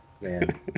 man